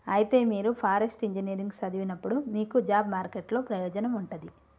అయితే మీరు forest engineering సదివినప్పుడు మీకు జాబ్ మార్కెట్ లో ప్రయోజనం ఉంటది